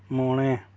ᱢᱚᱬᱮ